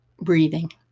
breathing